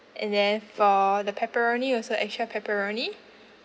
and then for the pepperoni also extra pepperoni